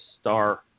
star